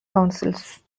councils